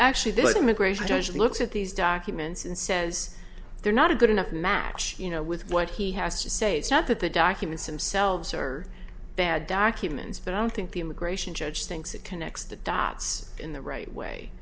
actually the immigration judge looks at these documents and says they're not a good enough match you know with what he has to say it's not that the documents themselves are bad documents but i don't think the immigration judge thinks that connects the dots in the right way